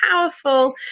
powerful